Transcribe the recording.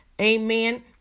amen